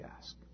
ask